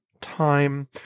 time